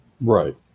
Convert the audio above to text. right